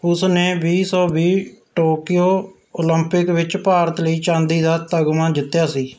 ਉਸ ਨੇ ਵੀਹ ਸੌ ਵੀਹ ਟੋਕੀਓ ਓਲੰਪਿਕ ਵਿੱਚ ਭਾਰਤ ਲਈ ਚਾਂਦੀ ਦਾ ਤਗਮਾ ਜਿੱਤਿਆ ਸੀ